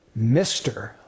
Mr